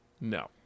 no